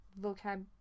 vocab